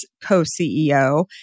co-CEO